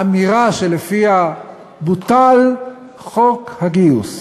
האמירה שלפיה בוטל חוק הגיוס,